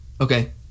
Okay